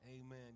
Amen